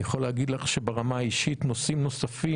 אני יכול להגיד לך שברמה האישית נושאים נוספים